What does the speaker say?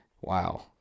wow